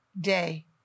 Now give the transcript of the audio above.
day